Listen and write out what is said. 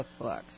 cookbooks